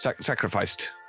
sacrificed